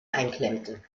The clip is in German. einklemmte